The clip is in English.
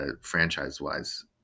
franchise-wise